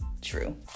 true